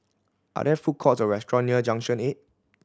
are there food courts or restaurant near Junction Eight